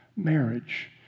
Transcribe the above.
Marriage